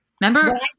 Remember